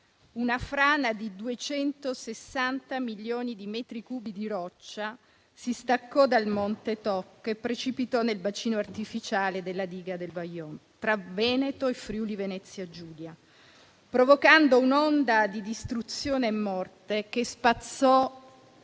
una frana di 260 milioni di metri cubi di roccia si staccò dal monte Toc e precipitò nel bacino artificiale della diga del Vajont, tra Veneto e Friuli-Venezia Giulia, provocando un'onda di distruzione e morte che spazzò